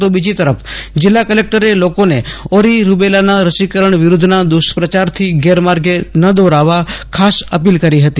તો બીજી તરફ જીલ્લા કલેકટર લોકોને ઓરી રૂબેલાના રસીકરણ વિરુદ્ધના દુષ્પ્રચારથી ગેરમાર્ગે ના દોરાવા ખાસ અપીલ કરી હતી